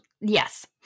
yes